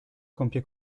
compie